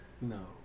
No